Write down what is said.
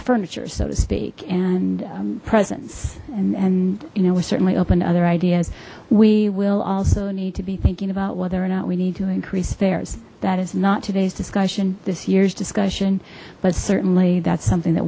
furniture so to speak and presence and and you know we're certainly open to other ideas we will also need to be thinking about whether or not we need to increase fares that is not today's discussion this year's discussion but certainly that's something that